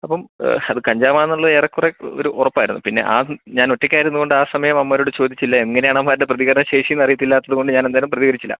അപ്പം അത് കഞ്ചാവാണെന്ന് ഉള്ളത് ഏറെക്കുറെ ഉറപ്പായിരുന്നു പിന്നെ ആ ഞാൻ ഒറ്റയ്ക്ക് ആയിരുന്നത് കൊണ്ട് ആ സമയം അവന്മാരോട് ചോദിച്ചില്ല എങ്ങനെയാണ് അവന്മാരുടെ പ്രതികരണ ശേഷി എന്നറിയത്തില്ലാത്തത് കൊണ്ട് ഞാൻ അന്നേരം പ്രതികരിച്ചില്ല